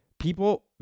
people